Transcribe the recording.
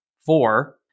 four